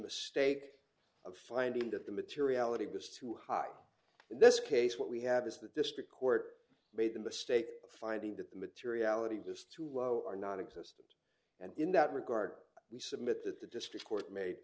mistake of finding that the materiality was too high in this case what we have is the district court made a mistake finding that the materiality was too low or nonexistent and in that regard we submit that the district court made